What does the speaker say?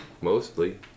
mostly